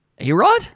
A-Rod